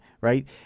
right